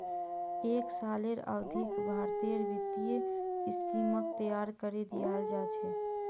एक सालेर अवधित भारतेर वित्तीय स्कीमक तैयार करे दियाल जा छे